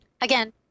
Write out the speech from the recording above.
again